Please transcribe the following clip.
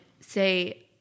say